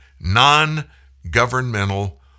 non-governmental